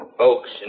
folks